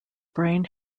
brain